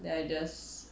then I just